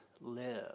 live